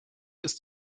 ist